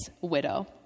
widow